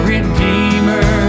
Redeemer